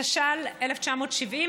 התש"ל 1970,